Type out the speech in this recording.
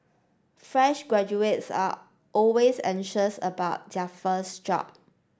fresh graduates are always anxious about their first job